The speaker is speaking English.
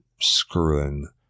screwing